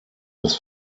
des